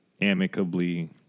amicably